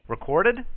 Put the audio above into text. Recorded